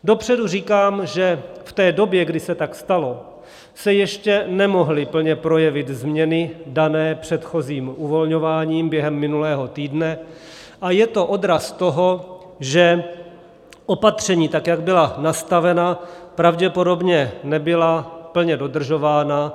Dopředu říkám, že v té době, kdy se tak stalo, se ještě nemohly plně projevit změny dané předchozím uvolňováním během minulého týdne, a je to odraz toho, že opatření, tak jak byla nastavena, pravděpodobně nebyla plně dodržována.